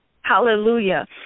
Hallelujah